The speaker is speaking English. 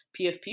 PFP